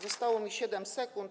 Zostało mi 7 sekund.